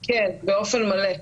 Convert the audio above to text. כן, באופן מלא.